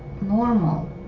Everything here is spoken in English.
normal